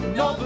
no